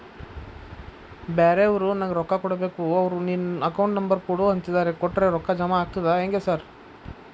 ಬ್ಯಾರೆವರು ನಂಗ್ ರೊಕ್ಕಾ ಕೊಡ್ಬೇಕು ಅವ್ರು ನಿನ್ ಅಕೌಂಟ್ ನಂಬರ್ ಕೊಡು ಅಂತಿದ್ದಾರ ಕೊಟ್ರೆ ರೊಕ್ಕ ಜಮಾ ಆಗ್ತದಾ ಹೆಂಗ್ ಸಾರ್?